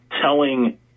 telling